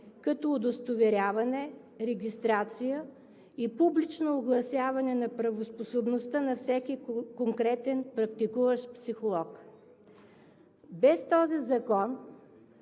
като удостоверяване, регистрация и публично огласяване на правоспособността на всеки конкретен практикуващ психолог. Без този закон